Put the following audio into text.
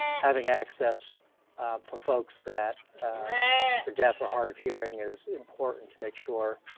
having access for folks that are deaf or hard of hearing, is important to make sure,